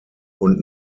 und